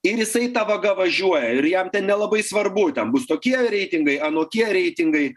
ir jisai ta vaga važiuoja ir jam te nelabai svarbu ten bus tokie reitingai anokie reitingai